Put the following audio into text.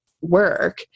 work